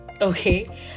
okay